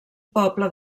poble